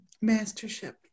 mastership